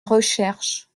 recherche